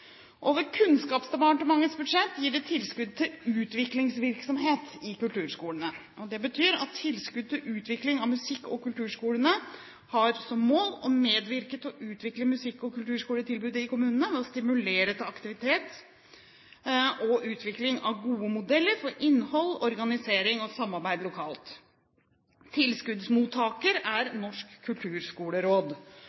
Over Kunnskapsdepartementets budsjett gis det tilskudd til utviklingsvirksomhet i kulturskolene. Det betyr at tilskudd til utvikling av musikk- og kulturskolene har som mål å medvirke til å utvikle musikk- og kulturskoletilbudet i kommunene ved å stimulere til aktivitet og utvikling av gode modeller for innhold, organisering og samarbeid lokalt. Tilskuddsmottaker er